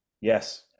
Yes